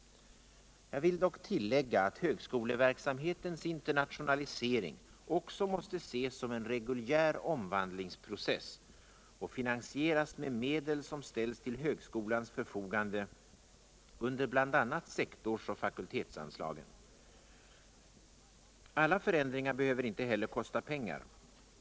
Jag vill dock ullägga att högskoleverksamhetens internationalisering också måste ses som en reguljär omvandlingsprocess och finansieras med medel som ställs ull högskolans förfogande under bl.a. sektors och fakultetsanslagen. Alla förändringar behöver inte hetler kosta pengar.